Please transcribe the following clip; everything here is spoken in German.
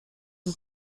ist